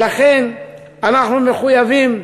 ולכן אנחנו מחויבים